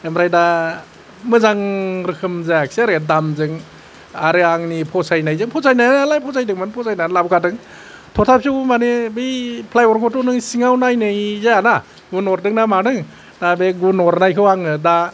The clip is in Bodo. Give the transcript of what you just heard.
ओमफ्राय दा मोजां रोखोम जायासै आरो दामजों आरो आंनि फसायनायजों फसायनायालाय फसायदोंमोन फसायनानै लाबोखादों थथाफिव माने बै फ्लाइउदखौथ' नों सिङाव नायनाय जायाना गुन अरदों ना मादों दा बे गुन अरनायखौ आङो दा